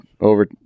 over